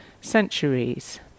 centuries